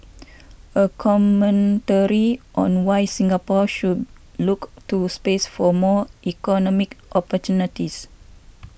a commentary on why Singapore should look to space for more economic opportunities